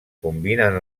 combinen